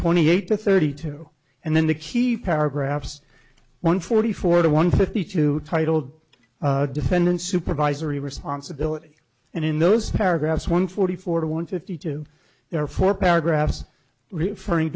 twenty eight to thirty two and then the key paragraphs one forty four to one fifty two titled defendant supervisory responsibility and in those paragraphs one forty four one fifty two there are four paragraphs referring